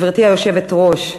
גברתי היושבת-ראש,